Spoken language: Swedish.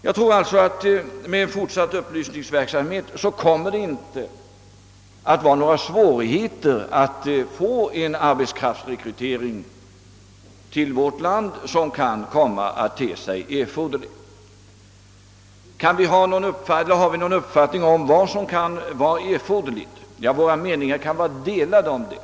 Jag tror alltså att med en fortsatt upplysningsverksamhet kommer det inte att medföra några svårigheter att få den arbetskraftsrekrytering till vårt land som kan komma att te sig erforderlig. Har vi någon uppfattning om vad som kan vara erforderligt? Våra meningar kan vara delade om det.